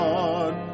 God